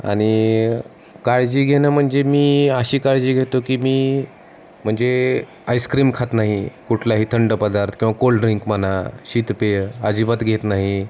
आणि काळजी घेणं म्हणजे मी अशी काळजी घेतो की मी म्हणजे आईस्क्रीम खात नाही कुठलाही थंड पदार्थ किंवा कोल्ड ड्रिंक म्हणा शीतपेय अजिबात घेत नाही